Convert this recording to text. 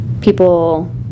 people